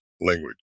language